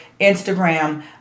Instagram